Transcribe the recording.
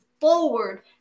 forward